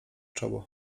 czoło